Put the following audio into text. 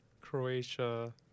Croatia